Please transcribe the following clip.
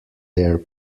their